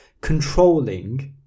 controlling